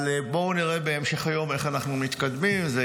אבל בואו נראה בהמשך היום איך אנחנו מתקדמים עם זה,